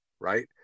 right